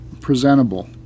presentable